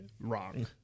wrong